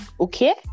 okay